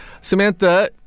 Samantha